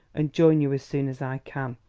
and join you as soon as i can,